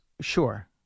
Sure